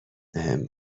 بهم